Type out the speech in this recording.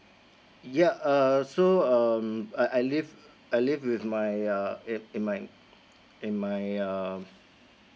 yeah err so um I I live I live with my uh i~ in my in my um